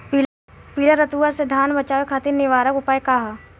पीला रतुआ से धान बचावे खातिर निवारक उपाय का ह?